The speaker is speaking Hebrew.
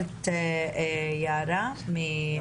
שלום,